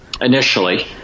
initially